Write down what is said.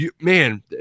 man